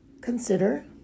consider